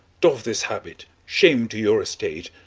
doff this habit, shame to your estate,